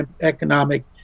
economic